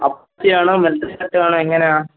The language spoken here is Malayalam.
അപ്പ്ച്ചി ആണോ മേൽട്ടൻ കട്ട് ആണോ എങ്ങനെയാണ്